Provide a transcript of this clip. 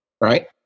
Right